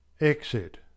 Exit